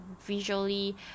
visually